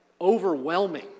overwhelming